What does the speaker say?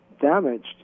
damaged